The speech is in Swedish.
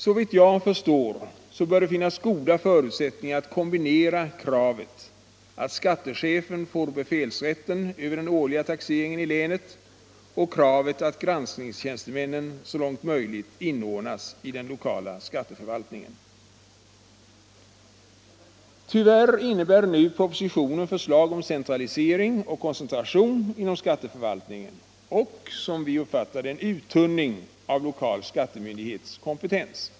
Såvitt jag förstår, bör det finnas goda förutsättningar att kombinera kravet att skattechefen får befälsrätten över den årliga taxeringen i länet och kravet att granskningstjänstemännen så långt möjligt inordnas i den lokala skatteförvaltningen. Tyvärr innebär nu propositionen förslag en centralisering och koncentration inom skatteförvaltningen och, som jag uppfattar det, en uttunning av lokal skattemyndighets kompetens.